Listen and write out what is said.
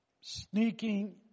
Sneaking